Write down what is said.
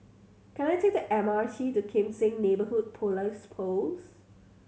can I take the M R T to Kim Seng Neighbourhood Police Post